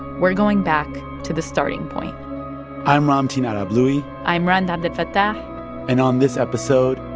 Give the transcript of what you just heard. we're going back to the starting point i'm ramtin ah arablouei i'm rund abdelfatah and on this episode,